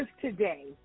today